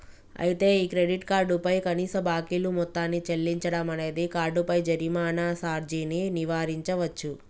అయితే ఈ credit card పై కనీస బాకీలు మొత్తాన్ని చెల్లించడం అనేది కార్డుపై జరిమానా సార్జీని నివారించవచ్చు